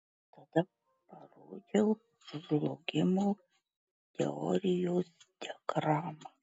tada parodžiau žlugimo teorijos diagramą